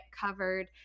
covered